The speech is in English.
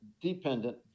dependent